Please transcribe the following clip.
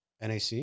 NAC